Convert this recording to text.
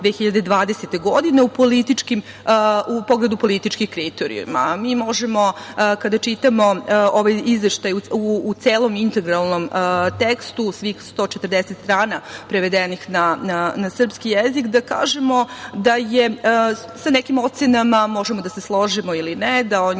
2020. godine, u pogledu političkih kriterijuma. Mi možemo kada čitamo ovaj izveštaj u celom integralnom tekstu, svih 140 strana prevedenih na srpski jezik, da kažemo da je sa nekim ocenama, možemo da se složimo ili ne, da je